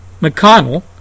McConnell